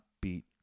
beat